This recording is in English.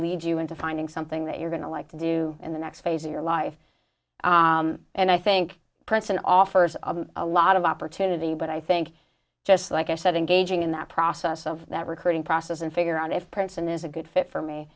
lead you into finding something that you're going to like to do in the next phase of your life and i think princeton offers a lot of opportunity but i think just like i said engaging in that process of that recruiting process and figure out if princeton is a good fit for me